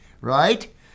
right